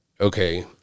Okay